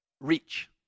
reach